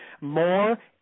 more